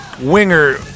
Winger